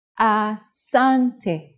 Asante